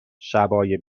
شبای